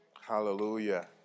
Hallelujah